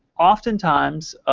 oftentimes,